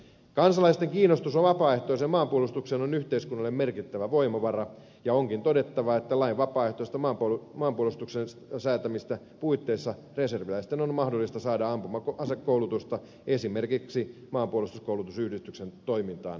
kansalaisten kiinnostus vapaaehtoiseen maanpuolustukseen on yhteiskunnalle merkittävä voimavara ja onkin todettava että vapaaehtoisesta maanpuolustuksesta säädettävän lain puitteissa reserviläisten on mahdollista saada ampuma asekoulutusta esimerkiksi maanpuolustuskoulutusyhdistyksen toimintaan osallistumalla